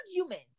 argument